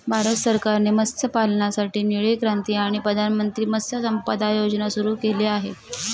भारत सरकारने मत्स्यपालनासाठी निळी क्रांती आणि प्रधानमंत्री मत्स्य संपदा योजना सुरू केली आहे